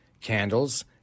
candles